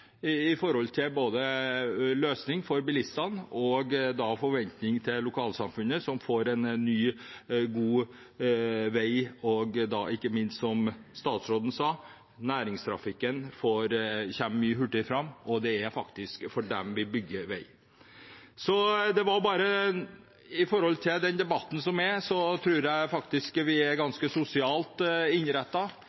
lokalsamfunnet, som får en ny, god vei. Ikke minst, som statsråden sa, kommer næringstrafikken mye hurtigere fram, og det er faktisk for dem vi bygger vei. Så med tanke på den debatten som går, tror jeg faktisk vi er